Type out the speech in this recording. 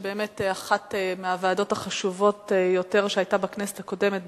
שאחת הוועדות החשובות יותר שהיתה בכנסת הקודמת,